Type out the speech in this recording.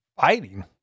fighting